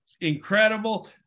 incredible